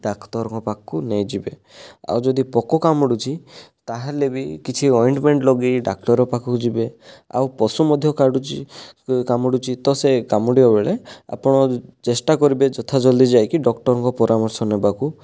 ଡାକ୍ତରଙ୍କ ପାଖକୁ ନେଇଯିବେ ଆଉ ଯଦି ପୋକ କାମୁଡ଼ୁଛି ତା'ହେଲେ ବି କିଛି ଅଏଣ୍ଟମେଣ୍ଟ ଲଗେଇ ଡାକ୍ତର ପାଖକୁ ଯିବେ ଆଉ ପଶୁ ମଧ୍ୟ କାଡ଼ୁଛି କାମୁଡ଼ୁଛି ତ ସେ କାମୁଡ଼ିବା ବେଳେ ଆପଣ ଚେଷ୍ଟା କରିବେ ଯଥା ଜଲ୍ଦି ଯାଇକି ଡାକ୍ତରଙ୍କ ପରାମର୍ଶ ନେବାକୁ